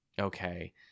okay